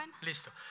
Listo